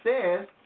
says